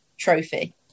trophy